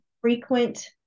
frequent